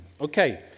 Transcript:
Okay